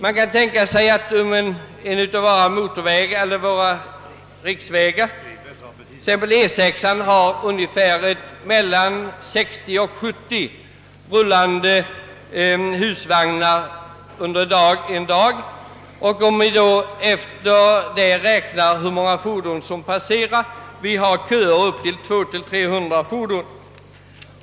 Man kan tänka på en av våra riksvägar, exempelvis E 6, som har 60—70 rullande husvagnar per dag. Vi kan räkna efter hur många fordon som måste passera då ibland köerna kan omfatta 200 å 300 fordon.